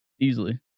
Easily